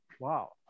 Wow